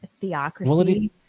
theocracy